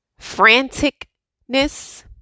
Franticness